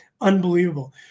Unbelievable